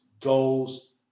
goals